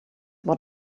what